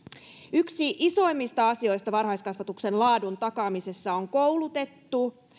yksi isoimmista asioista varhaiskasvatuksen laadun takaamisessa on koulutettu